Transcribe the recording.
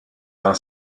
d’un